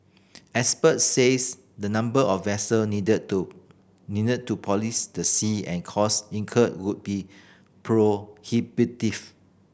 experts says the number of vessel needed to needed to police the sea and cost incurred would be prohibitive